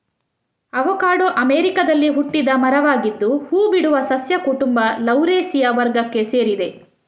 avocado ಅಮೆರಿಕಾದಲ್ಲಿ ಹುಟ್ಟಿದ ಮರವಾಗಿದ್ದು ಹೂ ಬಿಡುವ ಸಸ್ಯ ಕುಟುಂಬ ಲೌರೇಸಿಯ ವರ್ಗಕ್ಕೆ ಸೇರಿದೆ